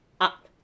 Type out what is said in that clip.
up